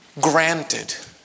granted